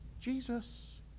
Jesus